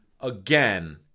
again